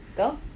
kau